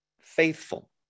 faithful